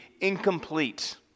incomplete